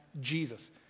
Jesus